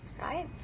right